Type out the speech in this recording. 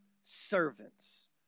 Servants